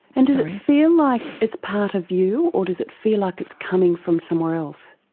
and does it feel like it's part of you or does it feel like it's coming from somewhere else?